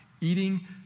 eating